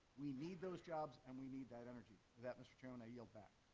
we need those jobs and we need that energy. with that, mr. chairman, i yield back.